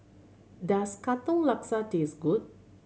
does Katong Laksa taste good